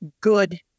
good